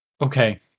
Okay